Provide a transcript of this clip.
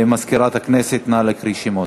מזכירת הכנסת, נא להקריא שמות.